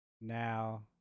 Now